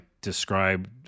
describe